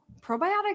probiotics